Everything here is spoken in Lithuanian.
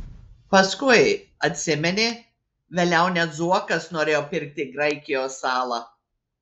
paskui atsimeni vėliau net zuokas norėjo pirkti graikijos salą